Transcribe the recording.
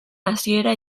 hasiera